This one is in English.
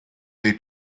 they